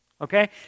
Okay